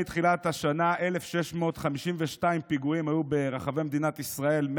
מתחילת השנה היו 1,652 פיגועים ברחבי מדינת ישראל,